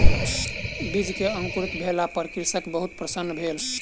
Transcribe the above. बीज के अंकुरित भेला पर कृषक बहुत प्रसन्न भेल